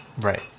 Right